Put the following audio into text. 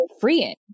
freeing